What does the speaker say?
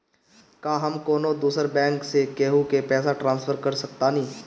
का हम कौनो दूसर बैंक से केहू के पैसा ट्रांसफर कर सकतानी?